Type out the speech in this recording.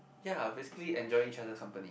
ya basically enjoying each other's company